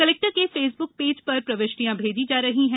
collector के Facebook page पर प्रविष्टियां भेजी जा रही है